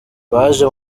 baje